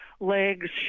legs